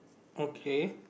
okay